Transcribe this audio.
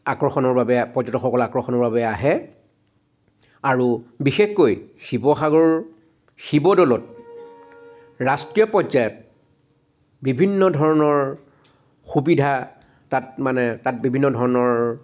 আকৰ্ষণৰ বাবে পৰ্যটক সকল আকৰ্ষণৰ বাবে আহে আৰু বিশেষকৈ শিৱসাগৰ শিৱদৌলত ৰাষ্ট্ৰীয় পৰ্যায়ত বিভিন্ন ধৰণৰ সুবিধা তাত মানে তাত বিভিন্ন ধৰণৰ